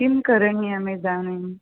किं करणीयमिदानीं